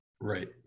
Right